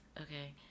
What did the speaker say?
Okay